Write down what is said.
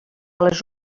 les